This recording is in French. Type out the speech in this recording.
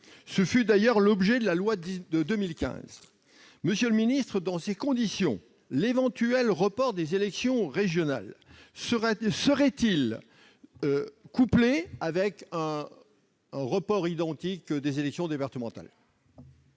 ce fut d'ailleurs l'objet de la loi de 2015. Dans ces conditions, monsieur le ministre, l'éventuel report des élections régionales serait-il couplé avec un report identique des élections départementales ?